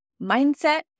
mindset